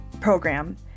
program